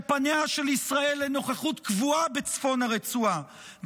שפניה של ישראל לנוכחות קבועה בצפון הרצועה,